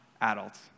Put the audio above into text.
adults